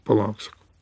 palauk sakau